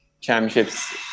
championships